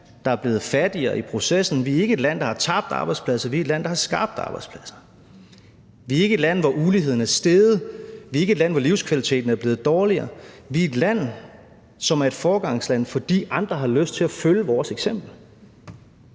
der er blevet fattigere i processen. Vi er ikke et land, der har tabt arbejdspladser, men et land, der har skabt arbejdspladser. Vi er ikke et land, hvor uligheden er steget. Vi er ikke et land, hvor livskvaliteten er blevet dårligere. Vi er et land, som er et foregangsland, fordi andre har lyst til at følge vores eksempel.